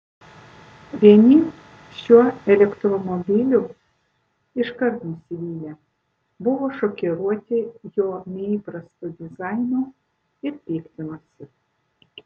vieni šiuo elektromobiliu iškart nusivylė buvo šokiruoti jo neįprastu dizainu ir piktinosi